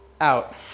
out